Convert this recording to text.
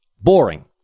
Boring